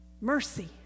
mercy